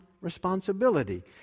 responsibility